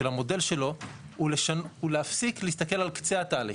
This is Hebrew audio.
של המודל שלו, הוא להפסיק להסתכל על קצה התהליך.